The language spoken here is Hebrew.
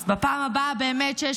אז באמת בפעם הבאה ואני